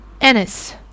Ennis